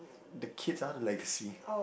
the kids I want a legacy